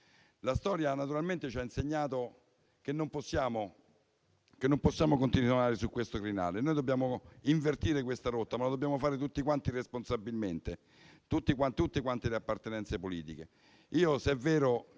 La storia, naturalmente, ci ha insegnato che non possiamo continuare su questo crinale. Dobbiamo invertire questa rotta, ma lo dobbiamo fare tutti quanti responsabilmente, tutte le appartenenze politiche.